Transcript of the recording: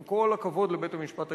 עם כל הכבוד לבית-המשפט הישראלי,